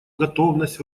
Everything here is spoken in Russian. готовность